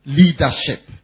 leadership